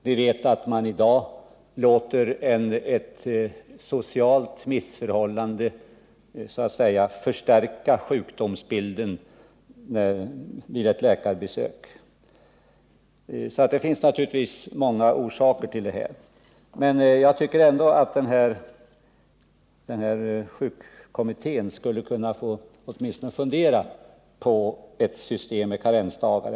Vi vet att ett socialt missförhållande i dag kan så att säga förstärka sjukdomsbilden vid ett läkarbesök. Det finns som sagt många orsaker till den stora sjukfrånvaron, men jag tycker ändå att sjukpenningkommittén borde kunna få åtminstone fundera på ett system med karensdagar.